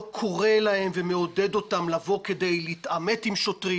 קורא להם ומעודד אותם לבוא כדי להתעמת עם שוטרים.